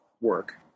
work